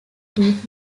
did